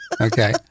okay